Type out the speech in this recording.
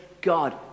God